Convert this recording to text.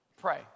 pray